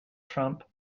trump